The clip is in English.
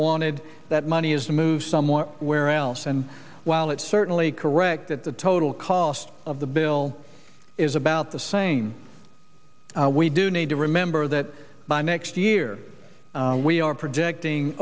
wanted that money has to move somewhere where else and while it's certainly correct that the total cost of the bill is about the same we do need to remember that by next year we are projecting